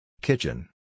Kitchen